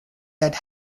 that